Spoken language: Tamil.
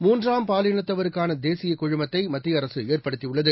மூன்றாம் பாலினத்தவருக்கான தேசியக் குழுமத்தை மத்திய அரசு ஏற்படுத்தியுள்ளது